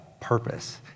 purpose